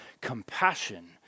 compassion